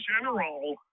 general